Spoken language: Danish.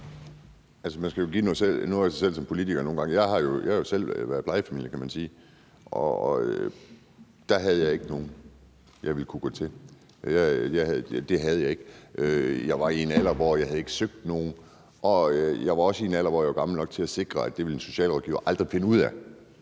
Jeg har jo selv været i plejefamilie, kan man sige, og der havde jeg ikke nogen, jeg ville kunne gå til. Det havde jeg ikke. Jeg var i en alder, hvor jeg ikke havde søgt nogen, og jeg var også i en alder, hvor jeg var gammel nok til at sikre, at det ville en socialrådgiver aldrig finde ud af.